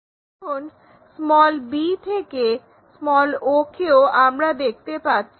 এখন b থেকে o কেও আমরা দেখতে পাচ্ছি